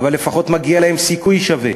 אבל לפחות מגיע להם סיכוי שווה.